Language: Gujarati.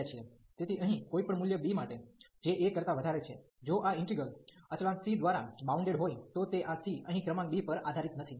તેથી અહીં કોઈપણ મૂલ્ય b માટે જે a કરતા વધારે છે જો આ ઈન્ટિગ્રલ અચળાંક C દ્વારા બાઉન્ડેડ હોય તો તે આ C અહીં ક્રમાંક b પર આધારીત નથી